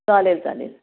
चालेल चालेल